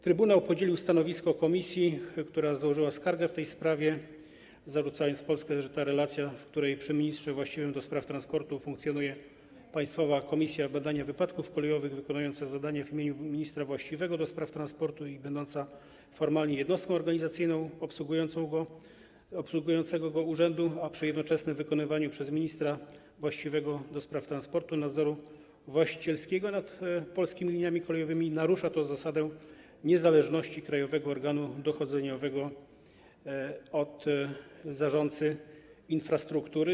Trybunał podzielił stanowisko komisji, która złożyła skargę w tej sprawie, zarzucając Polsce, że relacja, w której przy ministrze właściwym do spraw transportu funkcjonuje Państwowa Komisja Badania Wypadków Kolejowych wykonująca zadania w imieniu ministra właściwego do spraw transportu i będąca formalnie jednostką organizacyjną obsługującego go urzędu, przy jednoczesnym wykonywaniu przez ministra właściwego do spraw transportu nadzoru właścicielskiego nad Polskimi Liniami Kolejowymi, narusza zasadę niezależności krajowego organu dochodzeniowego od zarządcy infrastruktury.